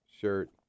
shirt